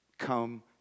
Come